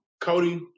Cody